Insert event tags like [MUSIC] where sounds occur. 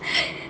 [LAUGHS]